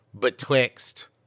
betwixt